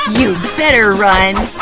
ah you'd better run!